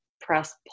press